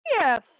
Yes